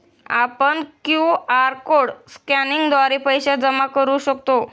आपण QR code स्कॅनिंगद्वारे पैसे जमा करू शकतो